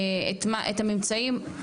את הממצאים.